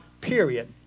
period